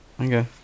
okay